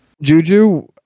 Juju